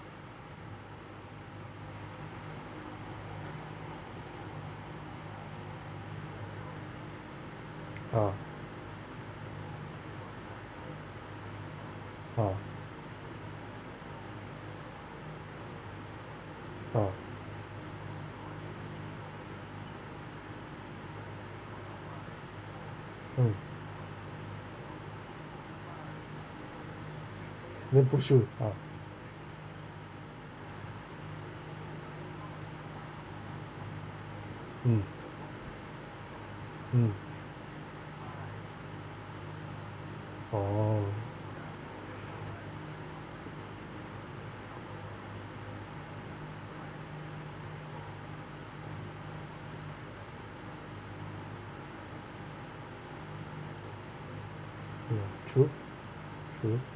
uh uh uh oh then push you uh mm mm oh ya true true